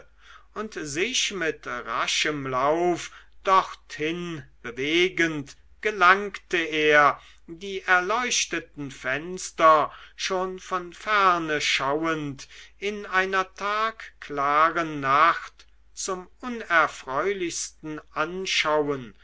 und sich mit raschem lauf dorthin bewegend gelangte er die erleuchteten fenster schon von ferne schauend in einer tagklaren nacht zum unerfreulichsten anschauen